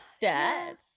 dad